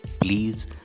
Please